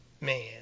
Man